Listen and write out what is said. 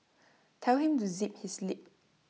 tell him to zip his lip